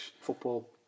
football